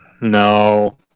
No